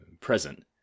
present